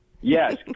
Yes